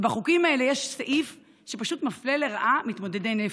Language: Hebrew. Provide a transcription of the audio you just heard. בחוקים האלה יש סעיף שפשוט מפלה לרעה מתמודדי נפש.